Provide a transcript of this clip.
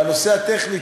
בנושא הטכני,